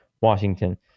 washington